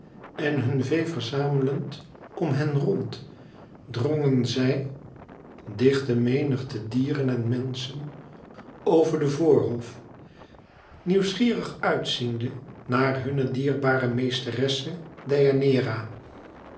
en hun vee verzamelend om hen rond drongen zij dichte menigte dieren en menschen over den voorhof nieuwsgierig uit ziende naar hunne dierbare meesteresse